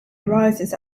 arises